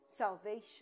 salvation